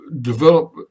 develop